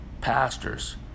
pastors